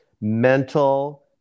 mental